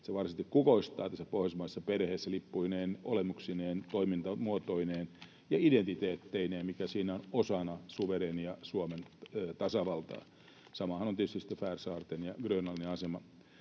varsinaisesti kukoistaa tässä pohjoismaisessa perheessä lippuineen, olemuksineen, toimintamuotoineen ja identiteetteineen, mitä siinä on osana suvereenia Suomen tasavaltaa. Samahan on tietysti sitten Färsaarten ja Grönlannin asema,